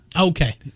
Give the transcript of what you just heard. Okay